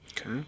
Okay